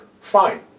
Fine